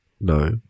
No